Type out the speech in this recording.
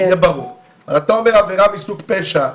אתה אומר עבירה מסוג פשע,